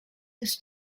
this